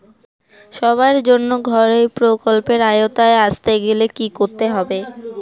সবার জন্য ঘর এই প্রকল্পের আওতায় আসতে গেলে কি করতে হবে?